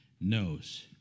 knows